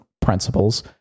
principles